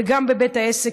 וגם בבית העסק,